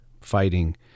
fighting